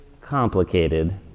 complicated